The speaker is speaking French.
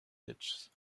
nietzsche